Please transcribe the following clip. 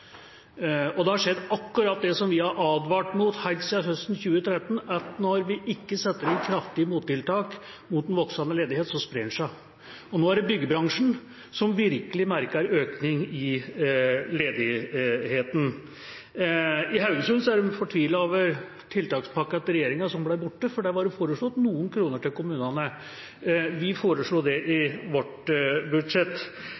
har skjedd, akkurat det vi har advart mot helt siden høsten 2013, at når vi ikke setter inn kraftige mottiltak mot en voksende ledighet, sprer den seg. Nå er det byggebransjen som virkelig merker økning i ledigheten. I Haugesund er de fortvilte over at regjeringens tiltakspakke ble borte, for der var det foreslått noen kroner til kommunene. Vi foreslo det